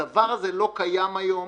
הדבר הזה לא קיים היום.